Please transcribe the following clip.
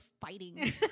fighting